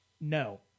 No